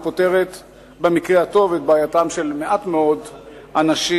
היא פותרת את בעייתם של מעט מאוד אנשים,